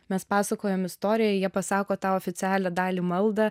mes pasakojam istoriją jie pasako tą oficialią dalį maldą